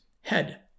head